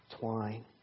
twine